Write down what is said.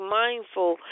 mindful